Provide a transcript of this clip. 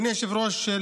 אדוני היושב-ראש,